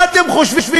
מה אתם חושבים?